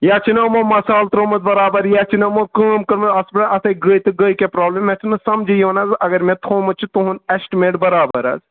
یا چھُنہٕ اوٚمو مسالہٕ ترومُت برابر یا چھُنہٕ اوٚمو کٲم کٔرمٕژ اتھ چھُس بہٕ ونان اتھ ہے گٔیے تہٕ گٔیے کیاہ پرابلم مےٚ چھُنہٕ سمجی یوان حظ اگر مےٚ تھومُت چھُ تُہُند ایسٹِمیٹ برابر حظ